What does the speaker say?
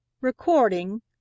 recording